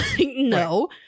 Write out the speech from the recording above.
No